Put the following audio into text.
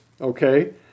okay